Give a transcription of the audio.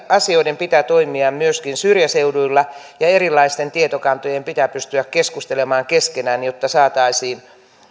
asioiden pitää toimia myöskin syrjäseuduilla ja erilaisten tietokantojen pitää pystyä keskustelemaan keskenään jotta saataisiin